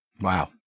Wow